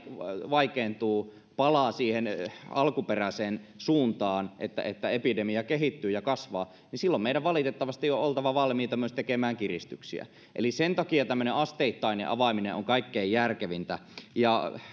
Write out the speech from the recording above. vaikeutuu palaa siihen alkuperäiseen suuntaan että että epidemia kehittyy ja kasvaa silloin meidän valitettavasti on on oltava valmiita myös tekemään kiristyksiä eli sen takia tämmöinen asteittainen avaaminen on kaikkein järkevintä